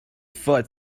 foot